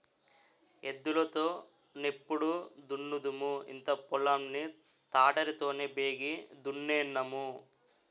ఎద్దులు తో నెప్పుడు దున్నుదుము ఇంత పొలం ని తాటరి తోనే బేగి దున్నేన్నాము